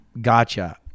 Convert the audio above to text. gotcha